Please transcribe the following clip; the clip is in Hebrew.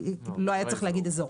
לא היה צריך להגיד אזור.